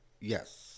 yes